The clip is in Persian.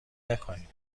نکنید